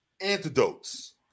antidotes